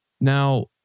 Now